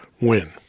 win